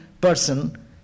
person